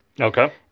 okay